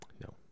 No